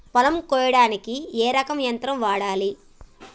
పొలం కొయ్యడానికి ఏ రకం యంత్రం వాడాలి?